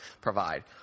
provide